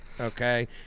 Okay